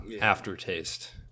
aftertaste